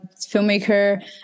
filmmaker